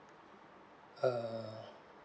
uh